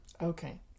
Okay